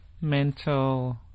mental